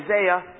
Isaiah